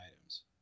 items